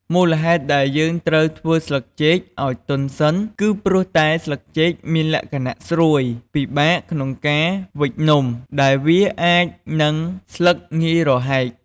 មូលហេតុដែលយើងត្រូវធ្វើស្លឹកចេកឲ្យទន់សិន គឺព្រោះតែស្លឹកចេកមានលក្ខណៈស្រួយ ពិបាកក្នុងការវេចនំ ដែលវាអាចនឹងស្លឹកងាយរហែក។